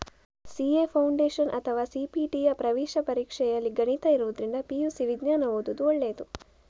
CA foundation ಅಥವಾ ಸಿ.ಪಿ.ಟಿಯ ಪ್ರವೇಶ ಪರೀಕ್ಷೆಯಲ್ಲಿ ಗಣಿತ ಇರುದ್ರಿಂದ ಪಿ.ಯು.ಸಿ ವಿಜ್ಞಾನ ಓದುದು ಒಳ್ಳೇದು